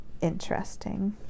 interesting